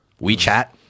WeChat